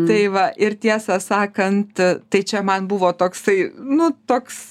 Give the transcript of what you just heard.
tai va ir tiesą sakant tai čia man buvo toksai nu toks